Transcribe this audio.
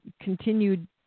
continued